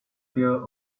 fear